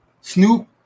Snoop